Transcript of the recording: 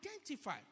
Identify